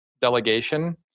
delegation